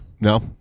No